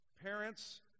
parents